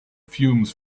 fumes